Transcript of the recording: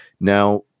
Now